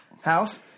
house